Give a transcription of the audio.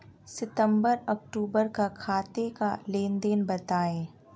सितंबर अक्तूबर का खाते का लेनदेन बताएं